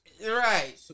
Right